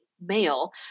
male